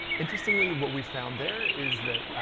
interestingly what we found there, is that